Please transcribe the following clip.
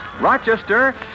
Rochester